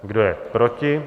Kdo je proti?